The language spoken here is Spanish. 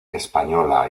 española